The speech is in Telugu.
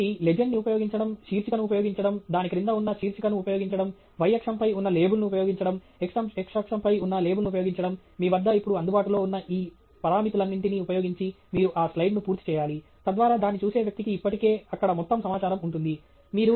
కాబట్టి లెజెండ్ ని ఉపయోగించడం శీర్షికను ఉపయోగించడం దాని క్రింద ఉన్న శీర్షికను ఉపయోగించడం y అక్షంపై ఉన్న లేబుల్ను ఉపయోగించడం x అక్షంపై ఉన్న లేబుల్ను ఉపయోగించడం మీ వద్ద ఇప్పుడు అందుబాటులో ఉన్న ఈ పరామితులన్నింటినీ ఉపయోగించి మీరు ఆ స్లయిడ్ను పూర్తి చేయాలి తద్వారా దాన్ని చూసే వ్యక్తికి ఇప్పటికే అక్కడ మొత్తం సమాచారం ఉంటుంది